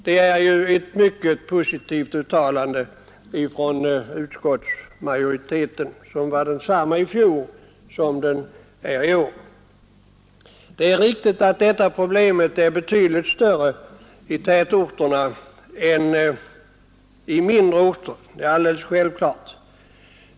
Det är ju ett mycket positivt uttalande från utskottsmajoriteten, som var densamma i fjol som den är i år. Det är riktigt att detta problem är betydligt större i tätorterna än i mindre orter. Det är alldeles självklart.